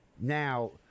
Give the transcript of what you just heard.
now